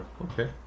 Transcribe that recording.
okay